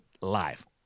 live